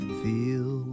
feel